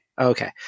okay